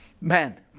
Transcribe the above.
Man